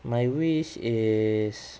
my wish is